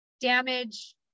damage